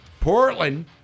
Portland